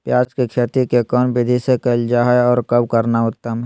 प्याज के खेती कौन विधि से कैल जा है, और कब करना उत्तम है?